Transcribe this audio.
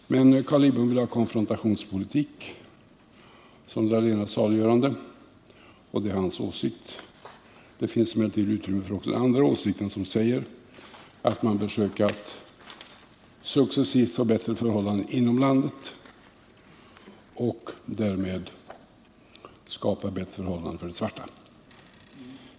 Men Carl Lidbom vill ha konfrontation. Det är enligt hans åsikt det allena saliggörande. Det finns emellertid utrymme också för andra åsikter, som säger att man bör söka att successivt förbättra förhållandena inom landet och därmed skapa bättre förhållanden för de svarta.